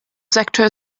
sektor